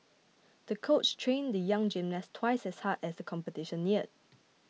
the coach trained the young gymnast twice as hard as the competition neared